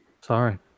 Sorry